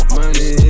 Money